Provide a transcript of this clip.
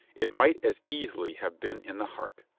it might as easily have been in the heart.